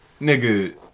Nigga